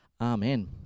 amen